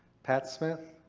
pat smith.